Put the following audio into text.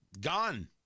gone